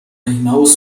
hinaus